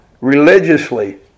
religiously